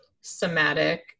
somatic